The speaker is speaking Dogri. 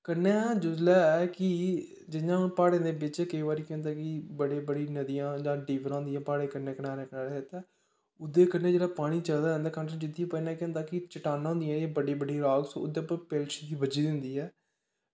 कन्नै जिसलै कि जियां हून प्हाड़ें दे बिच्च केह् होंदा कि बड़े बड़े नदियां जां डवरां होंदियां प्हाड़ें कनारै कनारै ते कन्नैं जेह्ड़ा पानी चलदा जंदा एह्दी बज़ह कन्नै केह् होंदा कि चट्टानां होंदियां बड्डियां बड्डियां राक्स उंदे पर पेलछी बज्झी दी होंदी ऐ